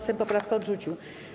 Sejm poprawkę odrzucił.